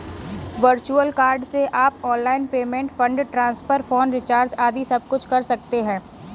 virtual card से आप online payment, fund transfer, phone recharge आदि सबकुछ कर सकते हैं